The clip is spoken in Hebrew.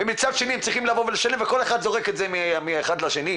מצד שני הם צריכים לבוא ולשלם וכל אחד זורק את זה מאחד לשני.